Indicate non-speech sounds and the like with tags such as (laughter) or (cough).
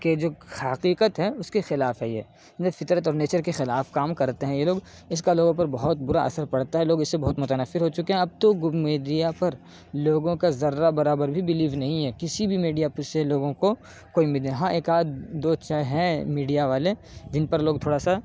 کہ جو حقیقت ہے اس کے خلاف ہے یہ (unintelligible) فطرت اور نیچر کے خلاف کام کرتے ہیں یہ لوگ اس کا لوگوں پر بہت برا اثر پڑتا ہے لوگ اسے بہت متنفر ہو چکے ہیں اب تو گوب میڈیا پر لوگوں کا ذرہ برابر بھی بیلیو نہیں ہے کسی بھی میڈیا پہ سے لوگوں کو کوئی امید نہیں ہاں ایک آد دو چیں ہیں میڈیا والے جن پر لوگ تھوڑا سا